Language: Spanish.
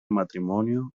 matrimonio